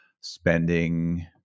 spending